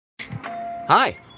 Hi